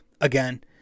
again